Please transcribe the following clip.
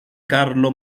carlos